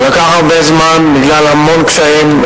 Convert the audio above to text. וזה לקח המון זמן בגלל המון קשיים.